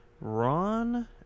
Ron